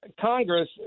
Congress